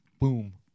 boom